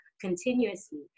continuously